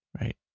right